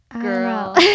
Girl